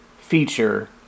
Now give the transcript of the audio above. feature